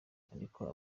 ariko